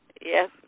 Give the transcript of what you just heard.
Yes